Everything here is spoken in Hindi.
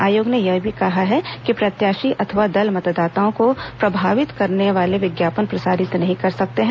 आयोग ने यह भी कहा है कि प्रत्याशी अथवा दल मतदाताओं को प्रभावित करने वाले विज्ञापन प्रसारित नहीं कर सकते हैं